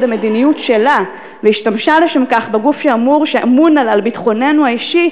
המדיניות שלה והשתמשה לשם כך בגוף שאמון על ביטחוננו האישי,